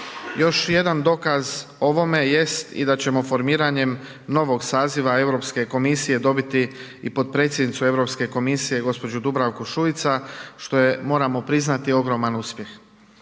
Još jedan dokaz ovome jest i da ćemo formiranjem novog saziva Europske komisije dobiti i potpredsjednicu Europske komisije gospođu Dubravku Šuica što je moramo priznati ogroman uspjeh.